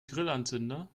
grillanzünder